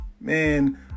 Man